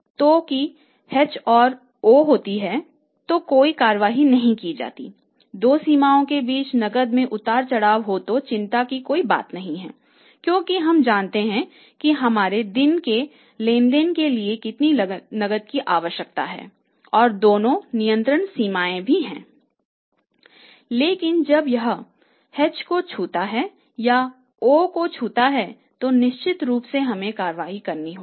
लेकिन जब यह h को छूता है या o को छूता है तो निश्चित रूप से हमें कार्रवाई करनी होगी